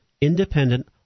independent